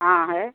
हाँ है